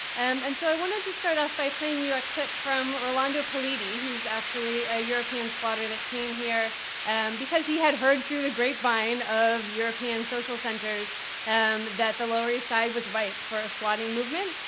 and and so i wanted to start off by playing you a clip from rolando politi, who's actually a european squatter that came here because he had heard through the grapevine of european social centers um that the lower east side was ripe for a squatting movement.